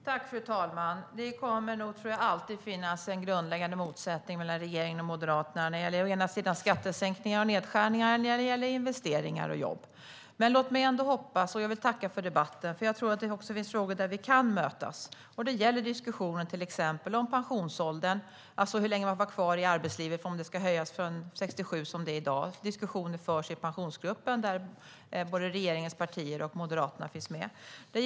Fru talman! Det kommer nog alltid att finnas en grundläggande motsättning mellan regeringen och Moderaterna när det gäller å ena sidan skattesänkningar och nedskärningar och å andra sidan investeringar och jobb. Jag vill tacka för debatten, och jag tror att det finns frågor där vi kan mötas. Det gäller till exempel diskussionen om hur länge man ska få vara kvar i arbetslivet och huruvida det ska höjas från dagens 67 år. Diskussioner förs i Pensionsgruppen, där både regeringens partier och Moderaterna finns med.